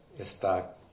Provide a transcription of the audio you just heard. Está